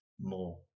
more